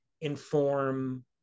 inform